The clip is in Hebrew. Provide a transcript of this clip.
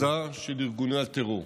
בהסלמה ובתעוזה של ארגוני הטרור.